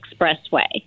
Expressway